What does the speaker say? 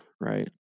Right